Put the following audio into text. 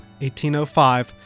1805